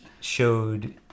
showed